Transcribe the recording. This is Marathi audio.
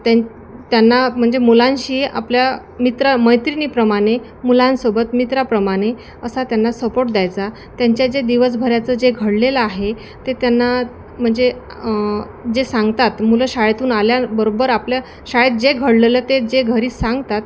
त्यां त्यांना म्हणजे मुलांशी आपल्या मित्रमैत्रिणीप्रमाणे मुलांसोबत मित्राप्रमाणे असा त्यांना सपोर्ट द्यायचा त्यांच्या जे दिवसभराचं जे घडलेलं आहे ते त्यांना म्हणजे जे सांगतात मुलं शाळेतून आल्याबरोबर आपल्या शाळेत जे घडलेलं ते जे घरी सांगतात